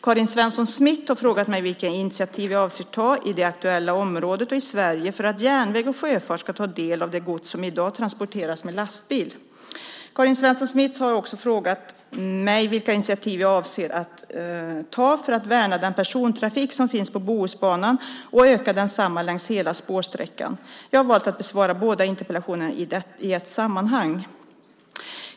Karin Svensson Smith har frågat mig vilka initiativ jag avser att ta i det aktuella området och i Sverige för att järnväg och sjöfart ska ta en del av det gods som i dag transporteras med lastbil. Karin Svensson Smith har också frågat mig vilka initiativ jag avser att ta för att värna den persontrafik som finns på Bohusbanan och öka densamma längs hela spårsträckan. Jag har valt att besvara båda interpellationerna i ett sammanhang.